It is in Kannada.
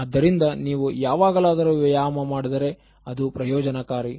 ಆದ್ದರಿಂದ ನೀವು ಯಾವಾಗಲಾದರೂ ವ್ಯಾಯಾಮ ಮಾಡಿದರೆ ಅದು ಪ್ರಯೋಜನಕಾರಿ